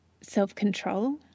self-control